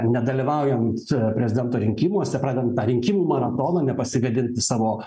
nedalyvaujant prezidento rinkimuose pradedant tą rinkimų maratoną nepasigadinti savo